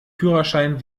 führerschein